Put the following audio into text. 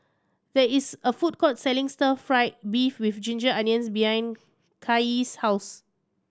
there is a food court selling Stir Fry beef with ginger onions behind Kaye's house